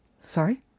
sorry